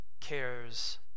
cares